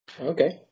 Okay